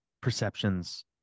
perceptions